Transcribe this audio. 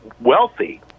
wealthy